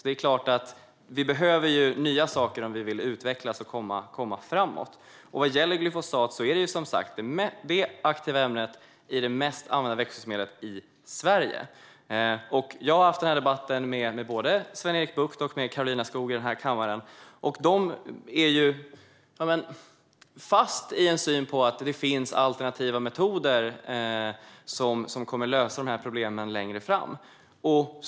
Det är klart att vi behöver nya saker om vi vill utvecklas och komma framåt, och vad gäller glyfosat är det som sagt det aktiva ämnet i det mest använda växtskyddsmedlet i Sverige. Jag har debatterat det här med både Sven-Erik Bucht och Karolina Skog i den här kammaren, och de är fast i synen att det finns alternativa metoder som kommer att lösa de här problemen längre fram.